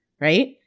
right